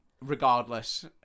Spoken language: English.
Regardless